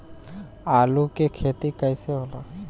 आलू के खेती कैसे होला?